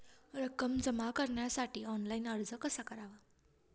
रक्कम जमा करण्यासाठी ऑनलाइन अर्ज कसा करावा?